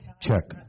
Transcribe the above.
Check